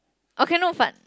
okay no but